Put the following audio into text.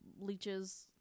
leeches